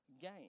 gain